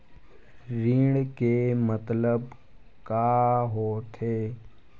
ऋण के मतलब का होथे?